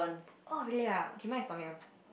oh really ah okay mine is Tom-Yum